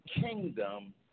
kingdom